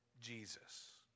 Jesus